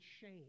shame